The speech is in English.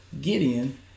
Gideon